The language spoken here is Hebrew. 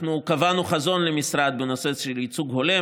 אנחנו קבענו חזון למשרד בנושא של ייצוג הולם,